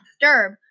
Disturb